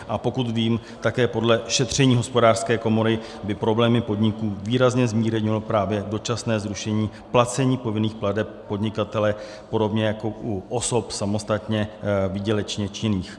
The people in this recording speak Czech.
A pokud vím, také podle šetření Hospodářské komory by problémy podniků výrazně zmírnilo právě dočasné zrušení placení povinných plateb podnikatele podobně jako u osob samostatně výdělečně činných.